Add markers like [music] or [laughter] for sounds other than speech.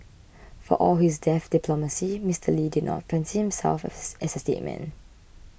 for all his deft diplomacy Mister Lee did not fancy himself [unintelligible] as a statesman